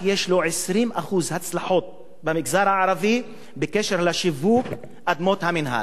יש לו רק 20% הצלחות במגזר הערבי בקשר לשיווק אדמות המינהל,